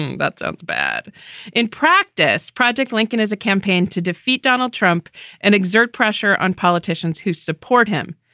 that's um bad in practice. project lincoln is a campaign to defeat donald trump and exert pressure on politicians who support him,